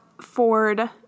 Ford